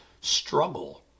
struggle